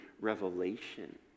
revelation